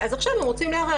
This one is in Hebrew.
עכשיו הם רוצים לערר.